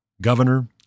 governor